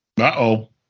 Uh-oh